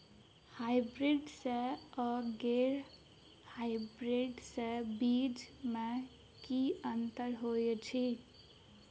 Hybrids आ गैर hybrids बीज म की अंतर होइ अछि?